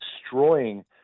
destroying